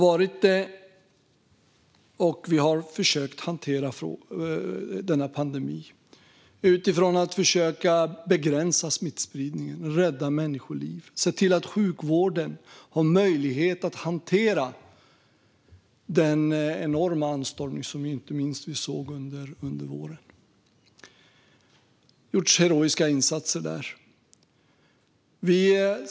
Vi har försökt hantera denna pandemi utifrån försök att begränsa smittspridningen, rädda människoliv, se till att sjukvården har möjlighet att hantera den enorma anstormning som vi inte minst såg under våren. Där har heroiska insatser gjorts.